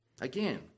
Again